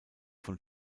von